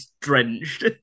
drenched